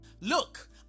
look